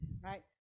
right